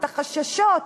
את החששות.